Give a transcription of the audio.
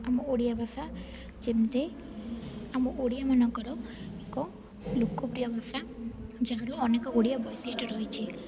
ଆମ ଓଡ଼ିଆ ଭାଷା ଯେମିତି ଆମ ଓଡ଼ିଆମାନଙ୍କର ଏକ ଲୋକପ୍ରିୟ ଭାଷା ଯାହାର ଅନେକ ଓଡ଼ିଆ ବୈଶିଷ୍ଟ ରହିଛି